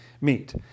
meet